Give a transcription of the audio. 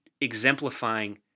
exemplifying